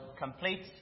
Complete